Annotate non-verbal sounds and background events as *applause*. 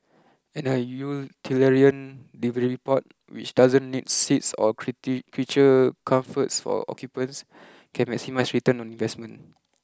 and a utilitarian delivery pod which doesn't need seats or *unintelligible* creature comforts for occupants can maximise return on investment